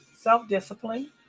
Self-discipline